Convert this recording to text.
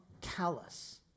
callous